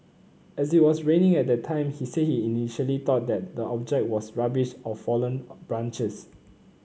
as it was raining at the time he said he initially thought that the object was rubbish or fallen branches